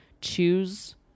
choose